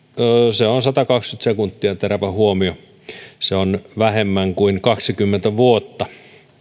se on satakaksikymmentä sekuntia terävä huomio se on vähemmän kuin kaksikymmentä vuotta